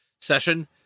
session